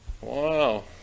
Wow